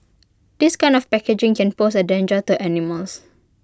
this kind of packaging can pose A danger to animals